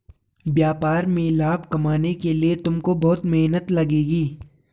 व्यापार में लाभ कमाने के लिए तुमको बहुत मेहनत लगेगी